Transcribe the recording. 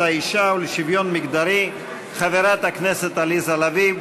האישה ולשוויון מגדרי חברת הכנסת עליזה לביא.